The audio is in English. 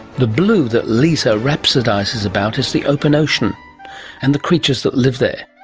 the blue that lisa rhapsodises about is the open ocean and the creatures that live there.